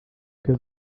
que